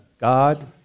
God